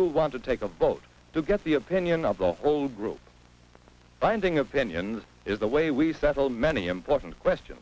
you'll want to take a vote to get the opinion of the whole group finding opinions is the way we settle many important questions